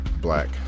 black